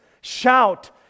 Shout